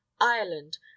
Ireland